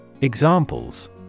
Examples